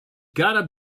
gotta